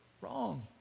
wrong